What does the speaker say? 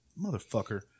motherfucker